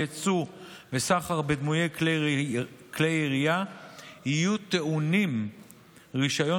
יצוא וסחר בדמויי כלי ירייה יהיו טעונים רישיון